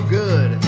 good